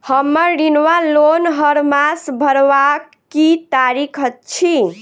हम्मर ऋण वा लोन हरमास भरवाक की तारीख अछि?